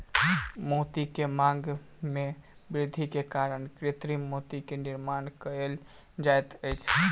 मोती के मांग में वृद्धि के कारण कृत्रिम मोती के निर्माण कयल जाइत अछि